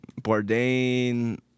Bourdain